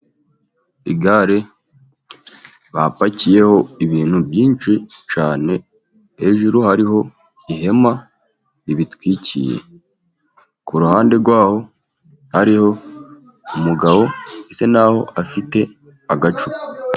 Igare bapakiyeho ibintu byinshi cyane. Hejuru hariho ihema ribitwikiye. ku ruhande rwaho hariho umugabo bisa n'aho afite agacupa.